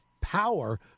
power